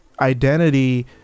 identity